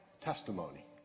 testimony